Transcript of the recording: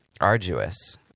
arduous